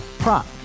prop